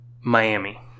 Miami